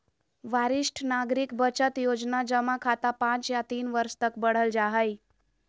वरिष्ठ नागरिक बचत योजना जमा खाता पांच या तीन वर्ष तक बढ़ल जा हइ